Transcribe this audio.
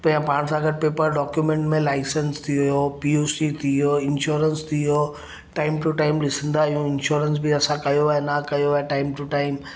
पंहिंजा पाण सां गॾु घर में डॉक्यूमेंट में लाइसेंस थी वियो पी ओ सी थी वियो इंशोरेंस थी वियो टाइम टू टाइम ॾिसंदा आयूं इंशोरेंस बि असां कयो आहे न कयो आहे टाइम टू टाइम